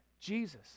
Jesus